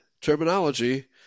terminology